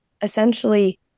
essentially